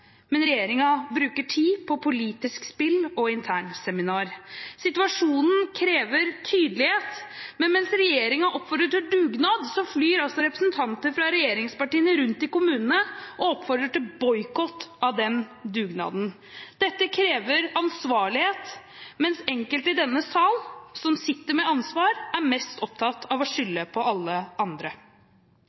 men regjeringen bruker tid på politisk spill og internseminar. Situasjonen krever tydelighet, men mens regjeringen oppfordrer til dugnad, flyr altså representanter fra regjeringspartiene rundt i kommunene og oppfordrer til boikott av den dugnaden. Dette krever ansvarlighet, mens enkelte i denne sal, som sitter med ansvar, er mest opptatt av å skylde på alle andre.